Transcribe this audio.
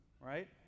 Right